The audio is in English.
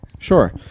Sure